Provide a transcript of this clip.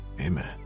amen